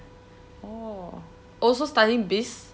orh also studying biz